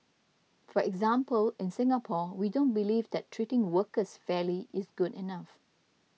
for example in Singapore we don't believe that treating workers fairly is good enough